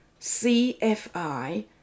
CFI